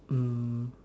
um